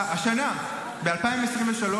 ב-2023,